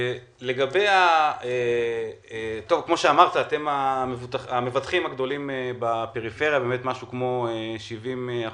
כמו שאמרת, אתם המבטחים הגדולים בפריפריה, כ-70%.